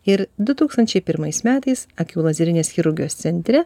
ir du tūkstančiai pirmais metais akių lazerinės chirurgijos centre